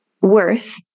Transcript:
worth